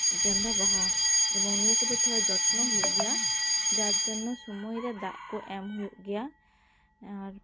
ᱜᱮᱸᱫᱟ ᱵᱟᱦᱟ ᱮᱵᱚᱝ ᱱᱤᱭᱟᱹ ᱠᱚᱫᱚ ᱛᱷᱚᱲᱟ ᱡᱚᱛᱱᱚ ᱦᱩᱭᱩᱜ ᱜᱮᱭᱟ ᱡᱟᱨ ᱡᱚᱱᱱᱚ ᱥᱩᱢᱟᱹᱭ ᱨᱮ ᱫᱟᱜ ᱠᱚ ᱮᱢ ᱦᱩᱭᱩᱜ ᱜᱮᱭᱟ ᱟᱨ